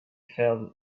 fell